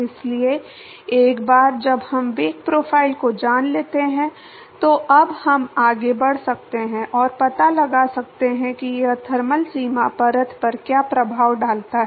इसलिए एक बार जब हम वेग प्रोफ़ाइल को जान लेते हैं तो अब हम आगे बढ़ सकते हैं और पता लगा सकते हैं कि यह थर्मल सीमा परत पर क्या प्रभाव डालता है